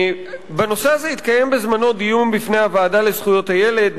בנושא הזה התקיים בזמנו דיון בפני הוועדה לזכויות הילד.